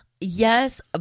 Yes